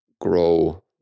grow